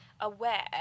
aware